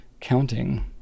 counting